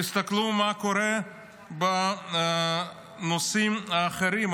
תסתכלו מה קורה בנושאים האחרים.